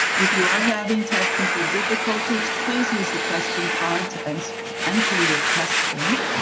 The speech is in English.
if you are having technical difficulties, please use the question pod to and so enter your question.